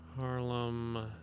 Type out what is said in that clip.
Harlem